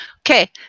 Okay